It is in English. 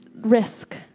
risk